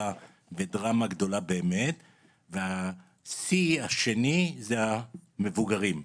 ודרמה גדולה באמת ושיא השני זה המבוגרים,